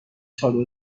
چادر